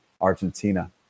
Argentina